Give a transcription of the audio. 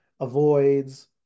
avoids